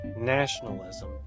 nationalism